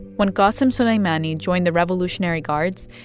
when qassem soleimani joined the revolutionary guards,